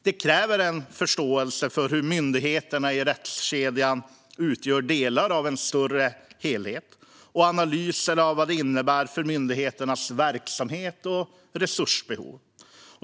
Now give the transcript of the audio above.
Det kräver en förståelse för att myndigheterna i rättskedjan utgör delar av en större helhet, och det kräver analyser av vad det innebär för myndigheternas verksamhet och resursbehov.